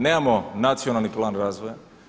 Nemamo nacionalni plan razvoja.